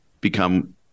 become